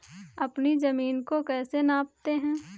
अपनी जमीन को कैसे नापते हैं?